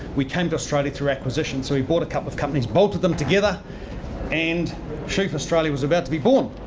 we came to australia through acquisition. so, we bought a couple of companies, bolted them together and shoof australia was about to be born.